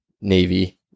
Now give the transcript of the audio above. Navy